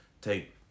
take